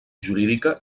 jurídica